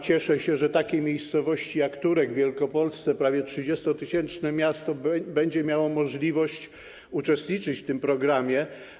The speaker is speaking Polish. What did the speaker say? Cieszę się, że takie miejscowości jak Turek w Wielkopolsce, prawie 30-tysięczne miasto, będą miały możliwość uczestniczyć w tym programie.